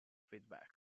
feedback